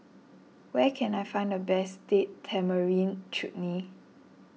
where can I find the best Date Tamarind Chutney